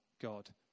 God